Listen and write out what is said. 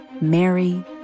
Mary